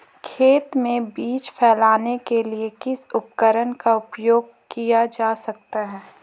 खेत में बीज फैलाने के लिए किस उपकरण का उपयोग किया जा सकता है?